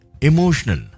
emotional